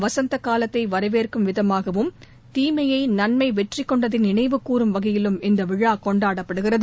வசந்த காலத்தை வரவேற்கும் விதமாகவும் தீமையை நன்மை வெற்றிக் கொண்டதை நினைவு கூரும் வகையிலும் இந்த விழா கொண்டாடப்படுகிறது